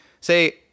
say